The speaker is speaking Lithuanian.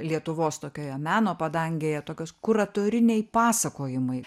lietuvos tokioje meno padangėje tokios kuratoriniai pasakojimai